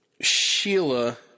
Sheila